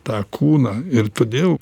tą kūną ir todėl